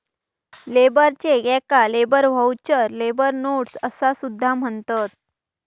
labour cheque याका labour voucher, labour notes असा सुद्धा म्हणतत